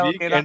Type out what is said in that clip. Okay